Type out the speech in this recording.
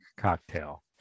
cocktail